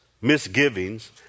misgivings